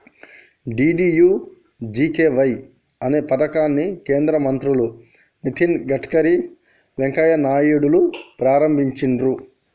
DDUGKY అనే పథకాన్ని కేంద్ర మంత్రులు నితిన్ గడ్కరీ, వెంకయ్య నాయుడులు ప్రారంభించిర్రు